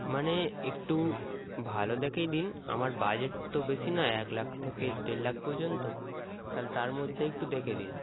মানে একটু ভালো দেখেই দিন আমার বাজেট তো বেশি নয় এক লাখ থেকে দেড় লাখ পর্যন্ত তাহলে তার মধ্যেই একটু দেখে দিন